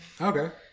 Okay